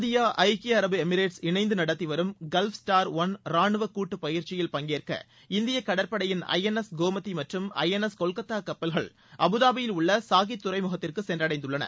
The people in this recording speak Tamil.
இந்தியா ஐக்கிய அரபு எமிரேட்ஸ் இணைந்து நடத்திவரும் கால்ஃப்ஸ்டார் ஒன் ரானுவ கூட்டு பயிற்சியில் பங்கேற்க இந்திய கடற்படையின் ஐஎன்எஸ் கோமதி மற்றும் ஐஎன்எஸ் கொல்கத்தா கப்பல்கள் அபிதாபியில் உள்ள ஸாகீத் துறைமுகத்திற்கு சென்றடைந்துள்ளன